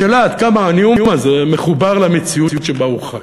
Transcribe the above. השאלה עד כמה הנאום הזה מחובר למציאות שבה הוא חי.